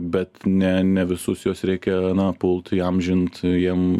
bet ne ne visus juos reikia na pult įamžint jiem